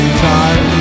time